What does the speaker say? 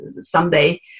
someday